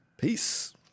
Peace